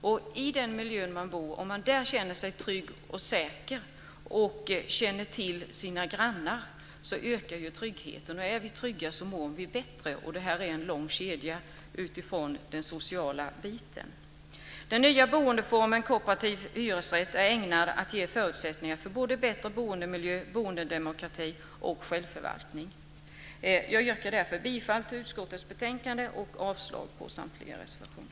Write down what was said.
Om man känner sig trygg och säker i den miljö man bor och känner sina grannar ökar tryggheten, och är vi trygga så mår vi bättre. Det är en lång kedja i den sociala delen. Den nya boendeformen kooperativ hyresrätt är ägnad att ge förutsättningar för bättre boendemiljö, boendedemokrati och självförvaltning. Jag yrkar därför bifall till utskottets förslag i betänkandet och avslag på samtliga reservationer.